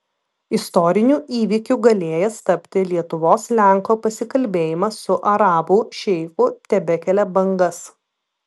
istoriniu įvykiu galėjęs tapti lietuvos lenko pasikalbėjimas su arabų šeichu tebekelia bangas